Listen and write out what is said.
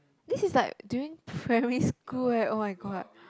this is like during primary school oh-my-god